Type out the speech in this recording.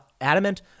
adamant